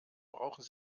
brauchen